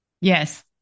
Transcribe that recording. Yes